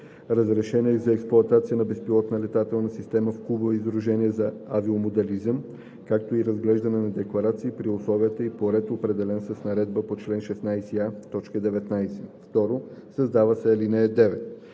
разрешение за експлоатация на безпилотна летателна система в клубове и сдружения за авиомоделизъм, както и разглеждане на декларации, при условия и по ред, определени с наредбата по чл. 16а, т. 19.“ 2. Създава се ал. 9: